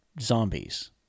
zombies